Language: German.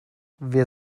wir